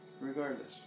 regardless